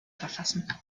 verfassen